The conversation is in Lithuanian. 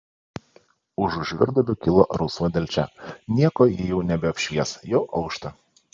užu žvyrduobių kilo rausva delčia nieko jau ji nebeapšvies jau aušta